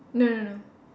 no no no